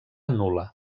nul·la